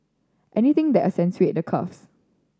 anything the accentuate the curves